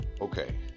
Okay